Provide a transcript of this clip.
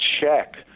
check